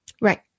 Right